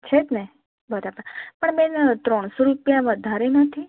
છે જ ને બરાબર પણ બેન ત્રણસો રૂપિયા વધારે નથી